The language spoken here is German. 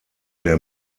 der